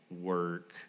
work